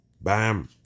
BAM